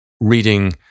reading